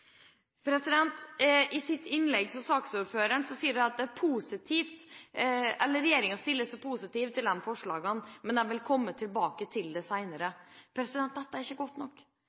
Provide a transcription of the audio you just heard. I sitt innlegg sa saksordføreren at regjeringa stiller seg positiv til forslaget, men at de vil komme tilbake til det senere. Dette er ikke godt nok.